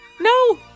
No